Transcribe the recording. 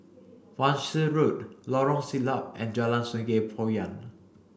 Wan Shih Road Lorong Siglap and Jalan Sungei Poyan